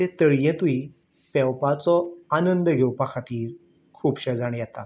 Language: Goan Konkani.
ते तळयेंतूय पेंवपाचो आनंद घेवपा खातीर खुबशे जाण येतात